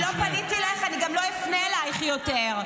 אני לא פניתי אלייך, אני גם לא אפנה אלייך יותר.